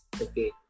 Okay